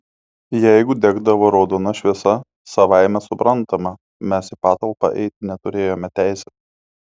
jeigu degdavo raudona šviesa savaime suprantama mes į patalpą eiti neturėjome teisės